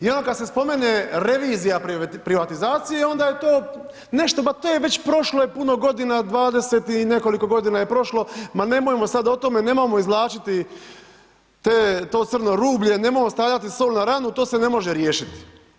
I onda kad se spomene revizija privatizacije onda je to nešto, ma to je već prošlo je puno godina, 20 i nekoliko godina je prošlo, ma nemojmo sad o tome, nemojmo izvlačiti to crno rublje, nemojmo stavljati sol na ranu, to se ne može riješiti.